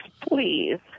please